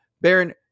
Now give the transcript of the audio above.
Baron